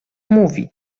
mówi